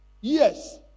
Yes